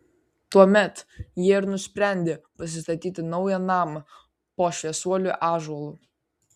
tuomet jie ir nusprendė pasistatyti naują namą po šviesuolių ąžuolu